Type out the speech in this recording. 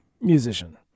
musician